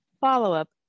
follow-up